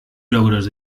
logros